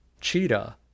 cheetah